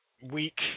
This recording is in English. week